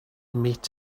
meet